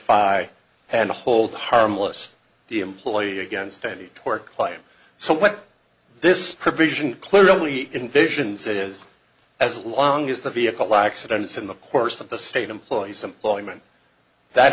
hold harmless the employee against any tort claim so what this provision clearly invasions it is as long as the vehicle accidents in the course of the state employees employment that